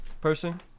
person